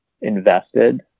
invested